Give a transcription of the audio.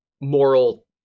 moral